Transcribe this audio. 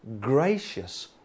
gracious